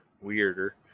weirder